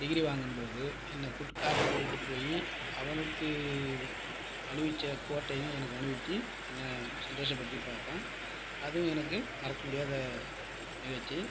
degree வாங்கும் போது என்ன கூட்டு காரில் கூட்டிகிட்டு போய் அவனுக்கு அணிவிச்ச கோட்டையும் எனக்கு அணிவிச்சு என்ன சந்தோஷப்படுத்தி பார்த்தான் அதுவும் எனக்கு மறக்க முடியாத நிகழ்ச்சி